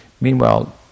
Meanwhile